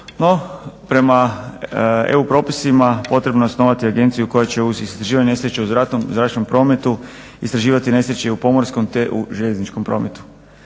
No, prema EU propisima potrebno je osnovati agenciju koja će uz istraživanje nesreća u zračnom prometu istraživati i nesreće u pomorskom te u željezničkom prometu.